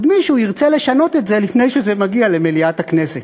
עוד מישהו ירצה לשנות את זה לפני שזה מגיע למליאת הכנסת.